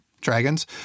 dragons